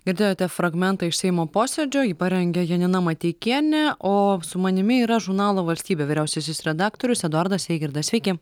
girdėjote fragmentą iš seimo posėdžio jį parengė janina mateikienė o su manimi yra žurnalo valstybė vyriausiasis redaktorius eduardas eigirdas sveiki